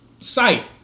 site